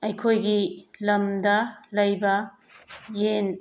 ꯑꯩꯈꯣꯏꯒꯤ ꯂꯝꯗ ꯂꯩꯕ ꯌꯦꯟ